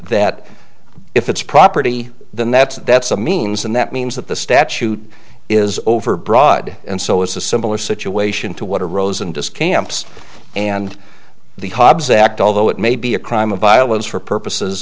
that if it's property then that's that's a means and that means that the statute is overbroad and so it's a similar situation to what arose and to scamps and the hobbs act although it may be a crime of violence for purposes